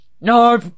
No